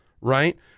right